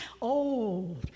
Old